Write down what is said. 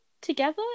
together